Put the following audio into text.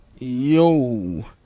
yo